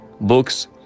books